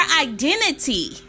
identity